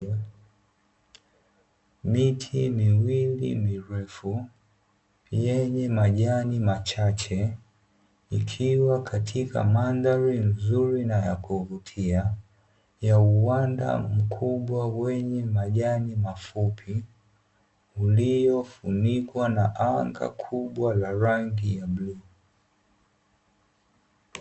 Miti miwili mirefu yenye majani machache, ikiwa katika mandhari nzuri na ya kuvutia, ya uwanda mkubwa wenye majani mafupi uliofunikwa na anga kubwa la rangi ya bluu.